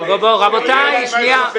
מצדיקה.